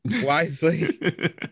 wisely